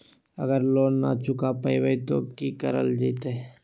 अगर लोन न चुका पैबे तो की करल जयते?